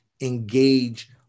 engage